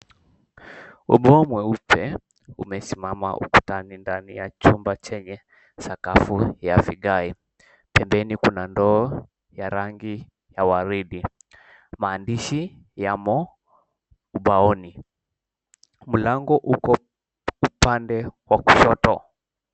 Ubao mweupe umesimama ukutani ndani ya jumba chenye sakafu ya vigae pembeni kuna ndoo yenye rangi ya waridi maandishi yamo ubaoni mlango upo upande wa kushoto.